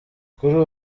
kuri